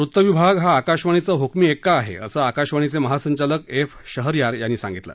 वृत्त विभाग आकाशवाणीचा हुकमी एक्का आहे असं आकाशवाणीचे महासंचालक एफ शहरयार यांना सांगितलं